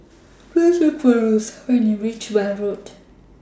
Please Look For Rosa when YOU REACH Weld Road